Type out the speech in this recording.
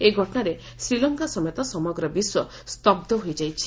ଏହି ଘଟଣାରେ ଶ୍ରୀଲଙ୍କା ସମେତ ସମଗ୍ର ବିଶ୍ୱ ସ୍ତନ୍ଧ ହୋଇଯାଇଛି